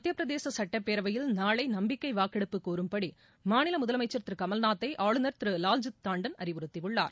மத்தியப்பிரதேச சட்டப்பேரவையில் நாளை நம்பிக்கை வாக்கெடுப்பு கோரும்படி மாநில முதலமைச்சர் திரு கமல்நாத்தை ஆளுநர் திரு லால்ஜித் டாண்டன் உத்தரவிட்டுள்ளார்